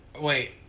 Wait